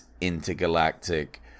intergalactic